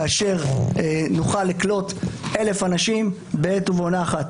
כאשר נוכל לקלוט 1,000 אנשים בעת ובעונה אחת.